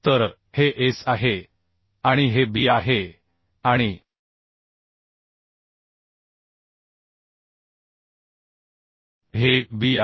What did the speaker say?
तर हे S आहे आणि हे B आहे आणि हे B आहे